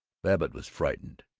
babbitt was frightened,